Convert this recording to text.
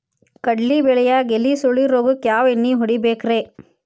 ಕಡ್ಲಿ ಬೆಳಿಯಾಗ ಎಲಿ ಸುರುಳಿ ರೋಗಕ್ಕ ಯಾವ ಎಣ್ಣಿ ಹೊಡಿಬೇಕ್ರೇ?